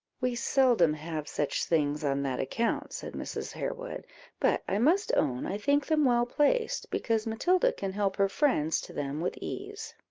we seldom have such things on that account, said mrs. harewood but i must own i think them well placed, because matilda can help her friends to them with ease.